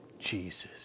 Jesus